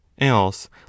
else